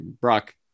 Brock